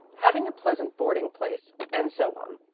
having a pleasant boarding-place, and so on,